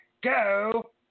go